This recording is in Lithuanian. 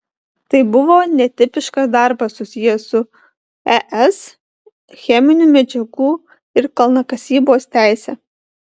tai buvo netipiškas darbas susijęs su es cheminių medžiagų ir kalnakasybos teise